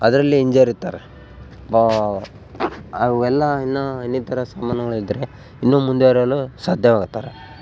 ಅದರಲ್ಲಿ ಹಿಂಜರಿತ್ತಾರೆ ಬಾ ಅವೆಲ್ಲಾ ಇನ್ನು ಇನ್ನಿತರ ಸಾಮಾನುಗಳು ಇದ್ರೆ ಇನ್ನು ಮುಂದೆವರಿಯಲು ಸಾಧ್ಯವಾಗುತ್ತಾರೆ